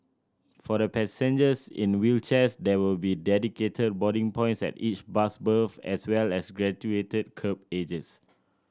for the passengers in wheelchairs there will be dedicated boarding points at each bus berth as well as graduated kerb edges